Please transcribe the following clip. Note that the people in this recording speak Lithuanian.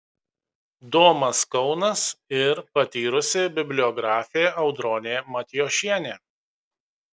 domas kaunas ir patyrusi bibliografė audronė matijošienė